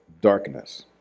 darkness